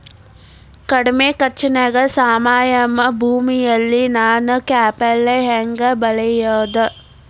ಕಡಮಿ ಖರ್ಚನ್ಯಾಗ್ ಸಾವಯವ ಭೂಮಿಯಲ್ಲಿ ನಾನ್ ಕಾಯಿಪಲ್ಲೆ ಹೆಂಗ್ ಬೆಳಿಯೋದ್?